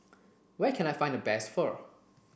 where can I find the best Pho